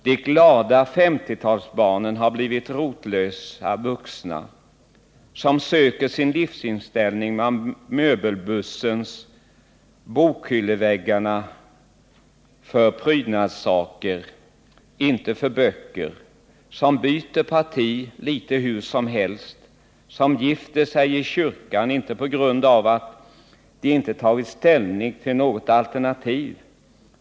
De glada 50-talsbarnen har blivit rotlösa vuxna. Som söker sin livsinställning bland möbelhusens bokhylleväggar för prydnadssaker — inte för böcker. Som byter parti lite hur som helst. Som gifter sig i kyrkan, inte på grund av att de inte tagit ställning till något alternativ.